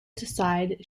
decide